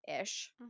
ish